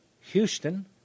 Houston